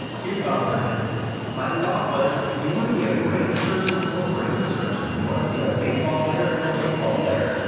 here's bob bergen my thought was, if you want to be a brain surgeon, call a brain surgeon. if you want to be a baseball player, call a baseball player.